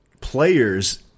players